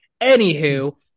Anywho